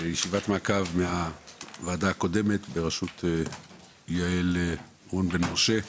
ישיבת מעקב מהוועדה הקודמת בראשות יעל רון בן משה,